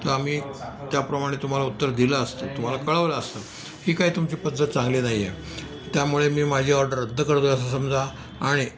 तर आम्ही त्याप्रमाणे तुम्हाला उत्तर दिलं असतं तुम्हाला कळवलं असतं ही काय तुमची पद्धत चांगली नाही आहे त्यामुळे मी माझी ऑर्डर रद्द करतो आहे असं समजा आणि